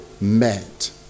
met